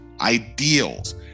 ideals